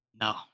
No